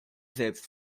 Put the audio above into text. selbst